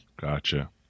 Gotcha